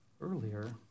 earlier